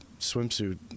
swimsuit